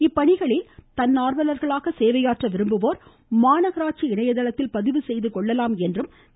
இப்பணிகளில் தன்னார்வலர்களாக சேவையாற்ற விரும்புவோர் மாநகராட்சி இணையதளத்தில் பதிவு செய்து கொள்ளலாம் என்று தெரிவிக்கப்பட்டுள்ளது